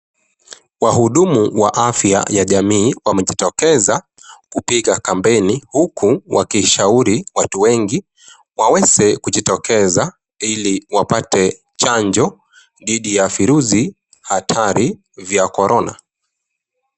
Wahudumu wa afya ya jamii, wamejitokeza kupiga kampeni, huku wakishauri watu wengi waweze kujitokeza, ili wapate chanjo dhidhi ya virusi hatari vya korona.